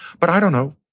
but i don't know.